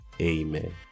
Amen